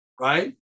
Right